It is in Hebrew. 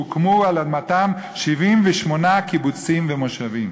והוקמו על אדמתם 87 קיבוצים ומושבים.